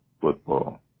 football